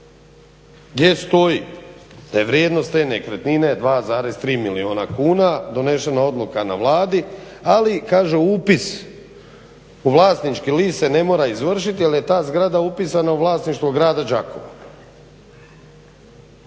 gdje stoji da je vrijednost te nekretnine 2,3 milijuna kuna, donesena odluka na Vladi, ali kaže upis u vlasnički list se ne mora izvršiti jer je ta zgrada upisana u vlasništvo grada Đakova.